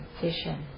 vision